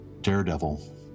Daredevil